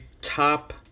top